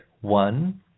one